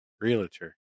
realtor